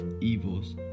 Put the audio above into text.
evils